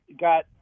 got